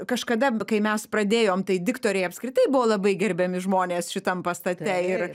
kažkada kai mes pradėjom tai diktoriai apskritai buvo labai gerbiami žmonės šitam pastate ir